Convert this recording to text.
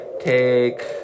Take